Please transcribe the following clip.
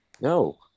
No